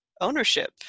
ownership